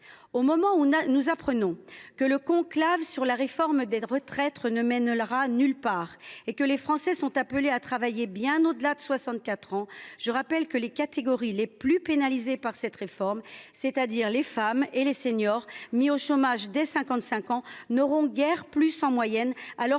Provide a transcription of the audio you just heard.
Au moment où nous apprenons que le conclave sur la réforme des retraites ne mènera nulle part, les Français étant appelés à travailler bien au delà de 64 ans, je rappelle que les catégories les plus pénalisées par cette réforme, c’est à dire les femmes et les seniors mis au chômage dès 55 ans, n’auront guère plus en moyenne, alors